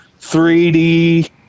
3D